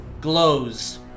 glows